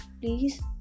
please